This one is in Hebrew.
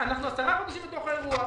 אנחנו עשרה חודשים בתוך האירוע.